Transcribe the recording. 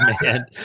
man